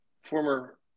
Former